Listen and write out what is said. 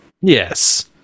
Yes